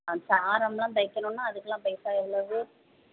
அந்த சாரம்லாம் தைக்கணும்னா அதுக்கெல்லாம் பைசா எவ்வளவு